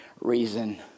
Reason